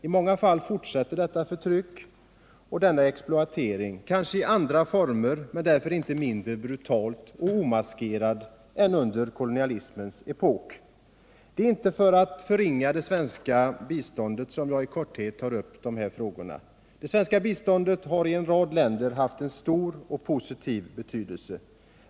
I många fall fortsätter detta förtryck och denna exploatering, kanske i andra former men därför inte mindre brutalt och omaskerat än under kolonialismens epok. Det är inte för att förringa det svenska biståndet som jag i korthet tar upp dessa frågor. Det svenska biståndet har i en rad länder haft en stor och positiv betydelse.